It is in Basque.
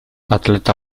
atleta